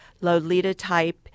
Lolita-type